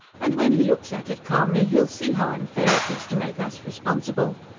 and when he looks at it calmly, he'll see how unfair it is to make us responsible.